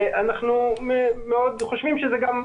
ואנחנו מאוד חושבים שזה גם,